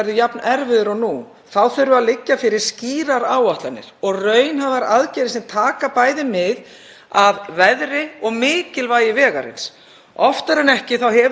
Oftar en ekki hefur vantað fjárveitingar til að bregðast við miklum snjóþunga og samgönguerfiðleikum á veginum. Það kemur t.d. fram ef við rifjum upp gamlar fréttir af lokunum Hellisheiðar.